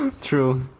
True